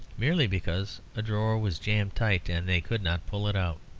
merely because a drawer was jammed tight and they could not pull it out.